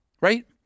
Right